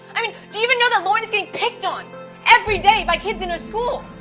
i mean do you even know that lauren is getting picked on every day by kids in her school?